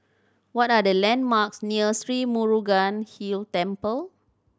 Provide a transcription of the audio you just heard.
what are the landmarks near Sri Murugan Hill Temple